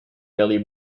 value